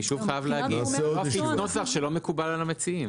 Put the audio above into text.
אי-אפשר להפיץ נוסח שלא מקובל על המציעים.